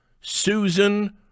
Susan